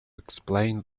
explain